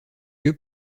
que